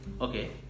okay